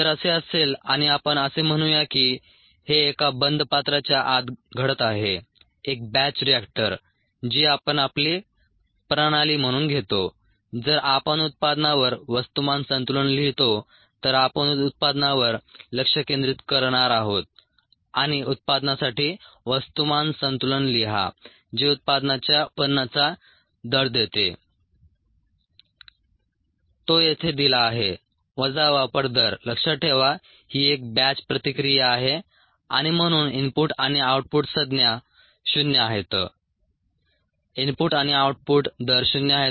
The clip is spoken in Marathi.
जर असे असेल आणि आपण असे म्हणूया की हे एका बंद पात्राच्या आत घडत आहे एक बॅच रिएक्टर जी आपण आपली प्रणाली म्हणून घेतो जर आपण उत्पादनावर वस्तुमान संतुलन लिहितो तर आपण उत्पादनावर लक्ष केंद्रित करणार आहोत आणि उत्पादनासाठी वस्तुमान संतुलन लिहा जे उत्पादनाच्या उत्पन्नाचा दर देते तो येथे दिला आहे वजा वापर दर लक्षात ठेवा ही एक बॅच प्रतिक्रिया आहे आणि म्हणून इनपुट आणि आउटपुट संज्ञा शून्य आहेत इनपुट आणि आउटपुट दर शून्य आहेत